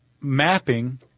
mapping